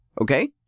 okay